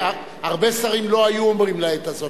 הרבה שרים לא היו אומרים "לעת הזאת",